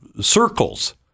circles